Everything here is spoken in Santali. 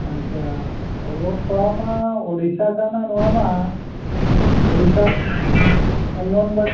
ᱟᱪᱪᱷᱟ ᱚᱞᱚᱜ ᱯᱟᱲᱦᱟᱣᱢᱟ ᱳᱰᱤᱥᱟ ᱠᱟᱱᱟ ᱱᱚᱣᱟᱢᱟ ᱳᱰᱤᱥᱟ ᱚᱝᱜᱚᱱᱚᱣᱟᱲᱤ